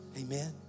Amen